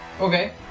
Okay